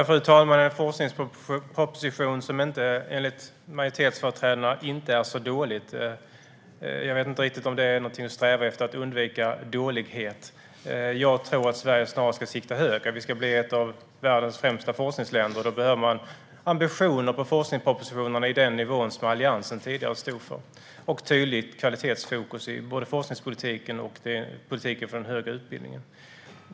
Fru talman! En forskningsproposition som inte är så dålig, enligt majoritetsföreträdarna - jag vet inte om det är någonting att sträva efter att undvika dålighet. Jag tror snarare att Sverige ska sikta högre. Vi ska bli ett av världens främsta forskningsländer, och då behöver man ambitioner för forskningspropositionen på den nivå som Alliansen tidigare stod för liksom tydligt kvalitetsfokus både i forskningspolitiken och i politiken för den högre utbildningen.